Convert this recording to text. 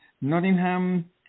Nottingham